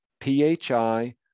PHI